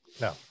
No